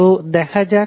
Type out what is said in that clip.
তো দেখা যাক